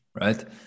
right